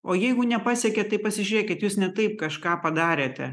o jeigu nepasiekėt tai pasižiūrėkit jūs ne taip kažką padarėte